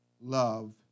love